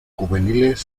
juveniles